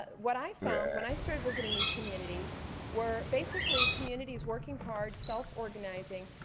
but what i found when i started visiting these communities were basically communities working hard, self organizing,